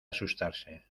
asustarse